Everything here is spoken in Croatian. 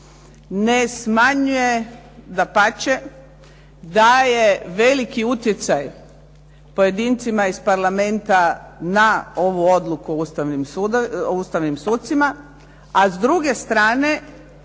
ne smanjuje, dapače, daje veliki utjecaj pojedincima iz Parlamenta na ovu odluku o ustavnim sucima. A s druge strane,